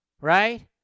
right